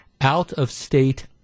out-of-state